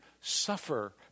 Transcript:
suffer